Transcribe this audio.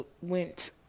went